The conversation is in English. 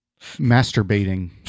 masturbating